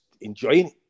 enjoying